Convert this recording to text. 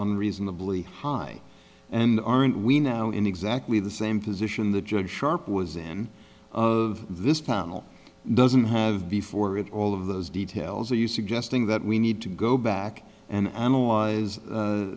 a reasonably high and aren't we now in exactly the same position the judge sharp was in of this panel doesn't have before with all of those details are you suggesting that we need to go back and analyze